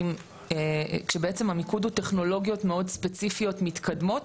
כשבעצם המיקוד הוא טכנולוגיות מאוד ספציפיות מתקדמות,